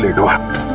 to